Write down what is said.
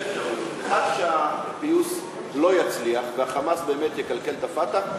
יש שתי אפשרויות: 1. שהפיוס לא יצליח וה"חמאס" באמת יקלקל את ה"פתח",